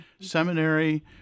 Seminary